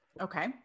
Okay